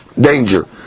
danger